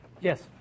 Yes